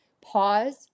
pause